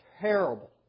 terrible